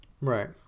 Right